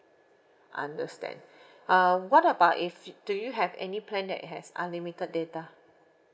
understand uh what about if do you have any plan that has unlimited data